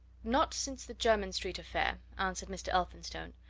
not since the jermyn street affair, answered mr. elphinstone.